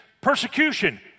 persecution